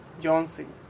Johnson